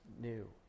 new